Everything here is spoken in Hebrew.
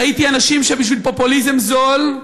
ראיתי אנשים שבשביל פופוליזם זול,